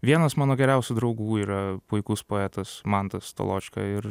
vienas mano geriausių draugų yra puikus poetas mantas toločka ir